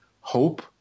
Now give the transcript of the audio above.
hope